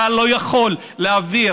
אתה לא יכול להעביר